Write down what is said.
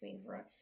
favorite